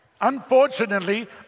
Unfortunately